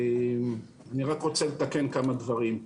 אני רק רוצה לתקן כמה דברים.